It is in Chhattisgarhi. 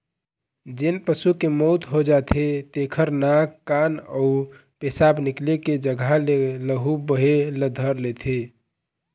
जेन पशु के मउत हो जाथे तेखर नाक, कान अउ पेसाब निकले के जघा ले लहू बहे ल धर लेथे